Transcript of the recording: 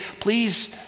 please